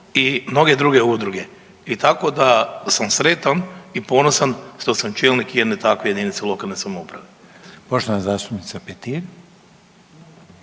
i mnoge druge udruge i tako da sam sretan i ponosan što sam čelnik jedne takve JLS. **Reiner,